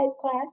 class